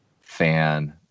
fan